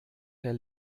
herr